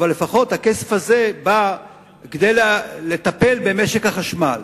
לפחות הכסף הזה נגבה כדי לטפל במשק החשמל.